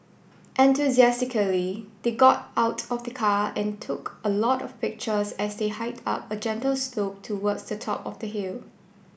enthusiastically they got out of the car and took a lot of pictures as they hiked up a gentle slope towards the top of the hill